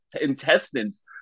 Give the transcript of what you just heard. intestines